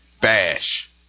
Bash